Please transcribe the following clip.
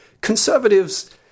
conservatives